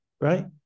right